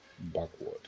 backward